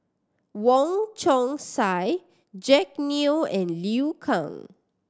Wong Chong Sai Jack Neo and Liu Kang